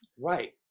Right